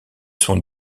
sont